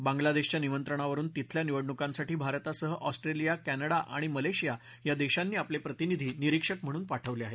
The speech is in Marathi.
बांगलादेशच्या निमंत्रणावरुन तिथल्या निवडणुकांसाठी भारतासह अॅस्ट्रेलिया क्विडा आणि मलेशिया या देशांनी आपले प्रतिनिधी निरिक्षक म्हणून पाठवले आहेत